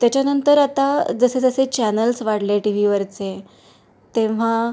त्याच्यानंतर आता जसे जसे चॅनल्स वाढले टीव्हीवरचे तेव्हा